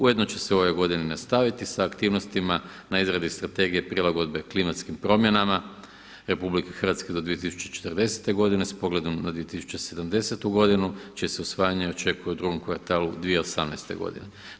Ujedno će se u ovoj godini nastaviti sa aktivnostima na izradi strategije prilagodbe klimatskim promjenama RH do 2040. godine s pogledom na 2070. godinu čije se usvajanje očekuje u drugom kvartalu 2018. godine.